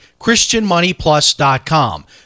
christianmoneyplus.com